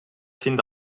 sind